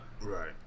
Right